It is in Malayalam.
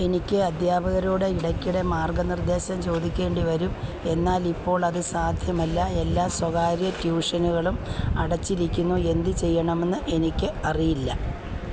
എനിക്ക് അധ്യാപകരോട് ഇടയ്ക്കിടെ മാർഗനിർദേശം ചോദിക്കേണ്ടി വരും എന്നാൽ ഇപ്പോൾ അത് സാധ്യമല്ല എല്ലാ സ്വകാര്യ ട്യൂഷനുകളും അടച്ചിരിക്കുന്നു എന്തുചെയ്യണമെന്ന് എനിക്കറിയില്ല